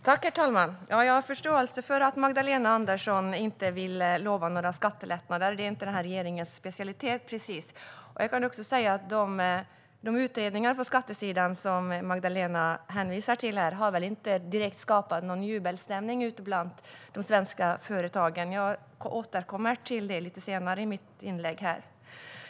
Herr talman! Jag har förståelse för att Magdalena Andersson inte vill lova några skattelättnader. Det är inte precis den här regeringens specialitet. De utredningar på skattesidan som Magdalena hänvisar till här har väl inte direkt heller skapat någon jubelstämning ute bland de svenska företagen. Jag återkommer till det lite senare i mitt inlägg.